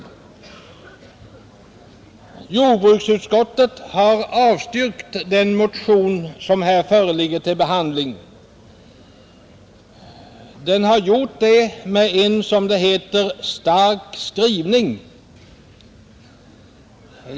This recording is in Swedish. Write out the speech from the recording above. Jordbruksutskottet har avstyrkt den motion som här föreligger till behandling. Utskottet har gjort det med en, som det heter, stark skrivning.